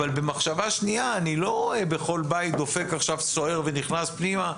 אבל במחשבה שנייה אני לא רואה בכל בית שדופק עכשיו סוהר ונכנס פנימה,